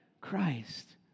Christ